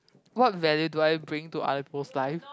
what value do I bring to other people's life